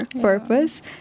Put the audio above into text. purpose